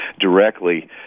directly